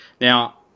Now